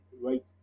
right